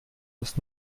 dass